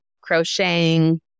crocheting